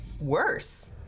Worse